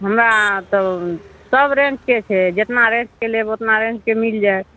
हमरा तऽ सब रेन्जके छै जतना रेन्जके लेब ओतना रेन्जके मिलि जाएत